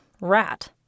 rat